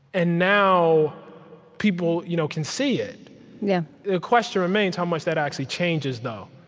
and now people you know can see it yeah the question remains how much that actually changes, though.